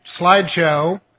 slideshow